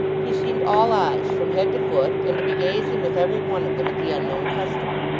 he seemed all eyes from head to foot, and to be gazing with every one of them at the unknown customer.